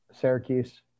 Syracuse